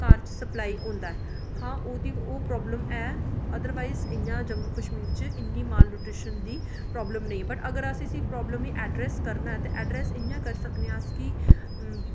घर च सप्लाई होंदा ऐ हां ओह्दी ओह् मतलब है अदरवायज इ'यां जम्मू कशमीर च इन्नी मलन्यूट्रिशन दी प्राब्लम नेईं बट अगर अस इसी प्राब्लम गी अड्रैस्स करना ऐ ते अड्रैस्स इ'यां करी सकने अस कि